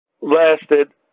lasted